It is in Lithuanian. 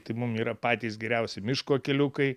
tai mum yra patys geriausi miško keliukai